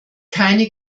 keine